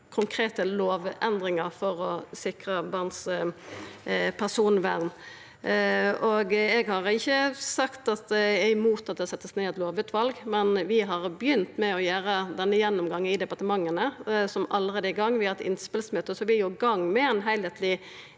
konkrete lovendringar for å sikra barna sitt personvern. Eg har ikkje sagt at eg er imot at det skal setjast ned eit lovutval, men vi har begynt med å gjera denne gjennomgangen i departementa – vi er allereie i gang. Vi har hatt innspelsmøte, så vi er i gang med ein heilskapleg